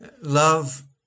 Love